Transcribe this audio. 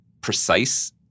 precise